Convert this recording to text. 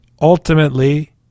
ultimately